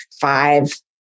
five